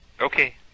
Okay